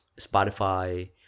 Spotify